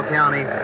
County